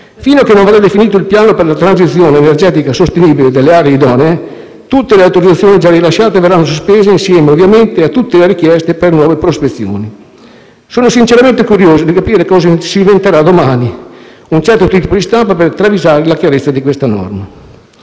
Fino a che non verrà definito il Piano per la transizione energetica sostenibile delle aree idonee, tutte le autorizzazioni già rilasciate verranno sospese, insieme ovviamente a tutte le richieste per nuove prospezioni. Sono sinceramente curioso di capire cosa si inventerà domani un certo tipo di stampa per travisare la chiarezza di questa norma;